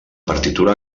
partitura